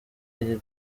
iri